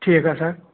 ٹھیٖک حظ سَر